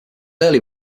early